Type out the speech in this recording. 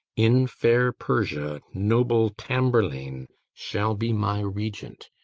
in fair persia noble tamburlaine shall be my regent,